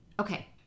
Okay